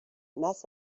mess